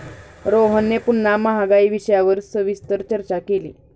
रोहनने पुन्हा महागाई विषयावर सविस्तर चर्चा केली